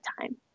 time